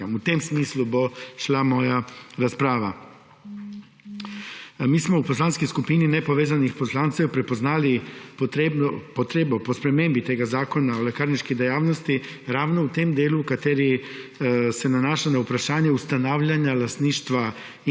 V tem smislu bo šla moja razprava. V Poslanski skupini nepovezanih poslancev smo prepoznali potrebo po spremembi Zakona o lekarniški dejavnosti ravno v tem delu, ki se nanaša na vprašanje ustanavljanja lastništva